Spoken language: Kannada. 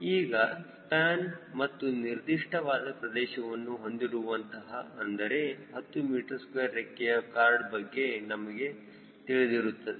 ಈಗ ಸ್ಪ್ಯಾನ್ ಮತ್ತು ನಿರ್ದಿಷ್ಟವಾದ ಪ್ರದೇಶವನ್ನು ಹೊಂದಿರುವಂತಹ ಅಂದರೆ 10 m2 ರೆಕ್ಕೆಯ ಖಾರ್ಡ್ ಬಗ್ಗೆ ನಿಮಗೆ ತಿಳಿದಿರುತ್ತದೆ